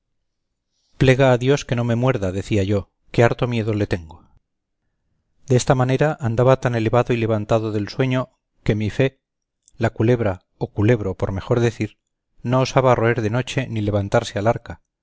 plega a dios que no me muerda decía yo que harto miedo le tengo de esta manera andaba tan elevado y levantado del sueño que mi fe la culebra o culebro por mejor decir no osaba roer de noche ni levantarse al arca